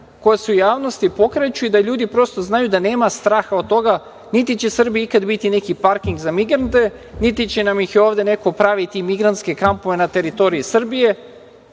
koja se u javnosti pokreću i da ljudi prosto znaju da nema straha od toga, niti će u Srbiji ikad biti neki parking za migrante, niti će nam ovde neko praviti migrantske kampove na teritoriji Srbije.